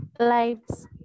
lives